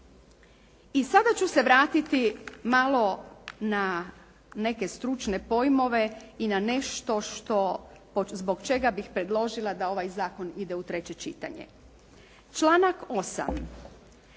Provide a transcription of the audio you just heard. I sada ću se vratiti malo na neke stručne pojmove i na nešto zbog čega bih predložila da ovaj zakon ide u treće čitanje. Pravne